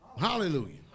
Hallelujah